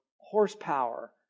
horsepower